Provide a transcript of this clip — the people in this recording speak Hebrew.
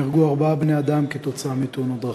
נהרגו ארבעה בני-אדם עקב תאונות דרכים.